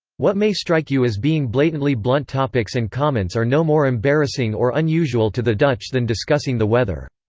what may strike you as being blatantly blunt topics and comments are no more embarrassing or unusual to the dutch than discussing the weather.